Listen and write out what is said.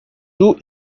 two